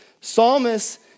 psalmist